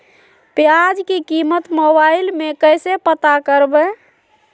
प्याज की कीमत मोबाइल में कैसे पता करबै?